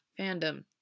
fandom